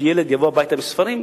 שילד יבוא עם ספרים,